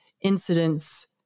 incidents